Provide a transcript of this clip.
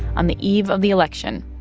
on the eve of the election,